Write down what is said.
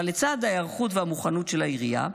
אבל לצד ההיערכות והמוכנות של העירייה,